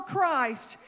Christ